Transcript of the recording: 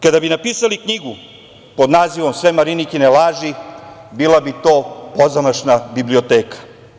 Kada bi napisali knjigu pod nazivom „Sve Marinikine laži“, bila bi to pozamašna biblioteka.